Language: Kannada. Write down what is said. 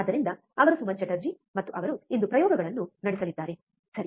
ಆದ್ದರಿಂದ ಅವರು ಸುಮನ್ ಚಟರ್ಜಿ ಮತ್ತು ಅವರು ಇಂದು ಪ್ರಯೋಗಗಳನ್ನು ನಡೆಸಲಿದ್ದಾರೆ ಸರಿ